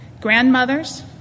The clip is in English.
Grandmothers